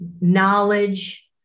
knowledge